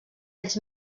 anys